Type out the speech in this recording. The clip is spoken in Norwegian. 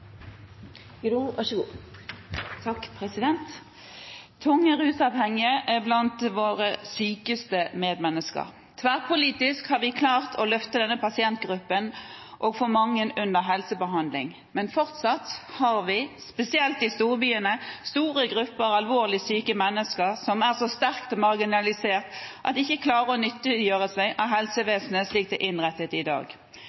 blant våre sykeste medmennesker. Tverrpolitisk har vi klart å løfte denne pasientgruppen og få mange under helsebehandling, men fortsatt har vi, spesielt i storbyene, store grupper alvorlig syke mennesker som er så sterkt marginalisert at de ikke klarer å nyttiggjøre seg helsevesenet slik det er innrettet i dag.